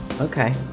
okay